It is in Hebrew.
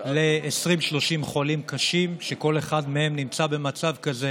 ל-20 30 חולים קשים, שכל אחד מהם נמצא במצב כזה